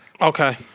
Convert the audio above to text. Okay